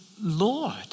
Lord